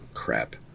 crap